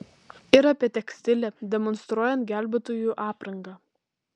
ir apie tekstilę demonstruojant gelbėtojų aprangą